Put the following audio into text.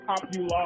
Popular